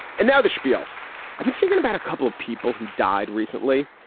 and now the spiel i've been thinking about a couple of people who died recently,